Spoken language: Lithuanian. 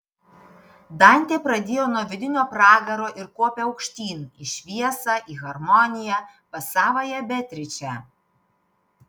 dantė pradėjo nuo vidinio pragaro ir kopė aukštyn į šviesą į harmoniją pas savąją beatričę